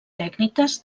tècniques